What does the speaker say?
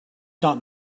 not